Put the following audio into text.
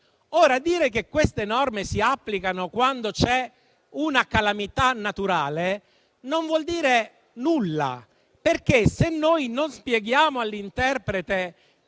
Dire che queste si applicano quando c'è una calamità naturale, non vuol dire nulla, perché, se non spieghiamo all'interprete che